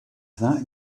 that